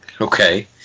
Okay